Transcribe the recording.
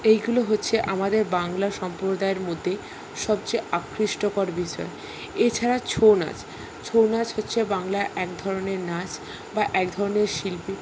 এইগুলো হচ্ছে আমাদের বাংলা সম্প্রদায়ের মধ্যেই সবচেয়ে আকৃষ্টকর বিষয় এছাড়া ছৌ নাচ ছৌ নাচ হচ্ছে বাংলার এক ধরনের নাচ বা এক ধরনের শিল্পী